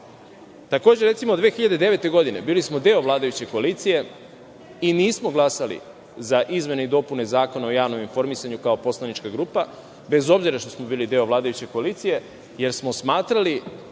recimo, 2009. godine bili smo deo vladajuće koaliciji i nismo glasali za izmene i dopune Zakona o javnom informisanju kao poslanička grupa, bez obzira što smo bili deo vladajuće koalicije, jer smo smatrali